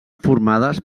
formades